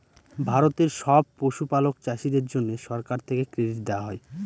ভারতের সব পশুপালক চাষীদের জন্যে সরকার থেকে ক্রেডিট দেওয়া হয়